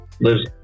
lives